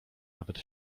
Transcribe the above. nawet